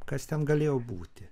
kas ten galėjo būti